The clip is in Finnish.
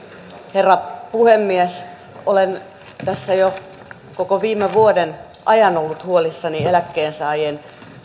herra puhemies olen tässä jo koko viime vuoden ajan ollut huolissani eläkkeensaajien